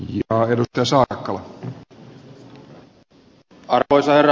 arvoisa herra puhemies